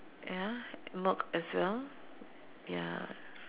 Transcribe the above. ya milk as well ya